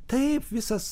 taip visas